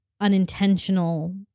unintentional